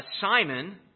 Simon